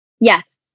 Yes